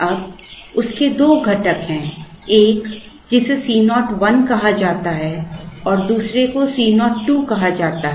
अब उसके 2 घटक हैं एक जिसे C 0 1 कहा जाता है और दूसरे को C 0 2 कहा जाता है